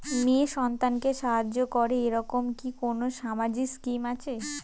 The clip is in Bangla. মেয়ে সন্তানকে সাহায্য করে এরকম কি কোনো সামাজিক স্কিম আছে?